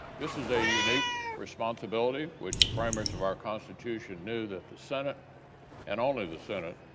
this is a unique responsibility which the framers of our constitution knew that the senate and only the senate